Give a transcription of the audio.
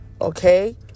okay